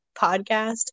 podcast